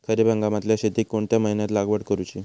खरीप हंगामातल्या शेतीक कोणत्या महिन्यात लागवड करूची?